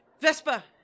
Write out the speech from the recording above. Vespa